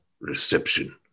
reception